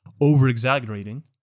over-exaggerating